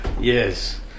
Yes